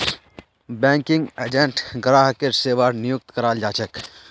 banking agent ग्राहकेर सेवार नियुक्त कराल जा छेक